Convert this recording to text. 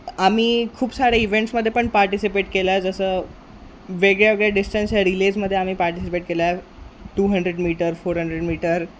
आम्ही खूप साऱ्या इव्हेंट्समध्ये पण पार्टिसिपेट केलं आहे जसं वेगळ्या वेगळ्या डिस्टन्सच्या रिलेजमध्ये आम्ही पार्टिसिपेट केला आहे two hundred metre four hundred metre